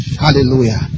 Hallelujah